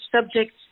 subjects